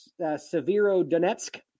Severodonetsk